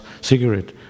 cigarette